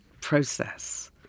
process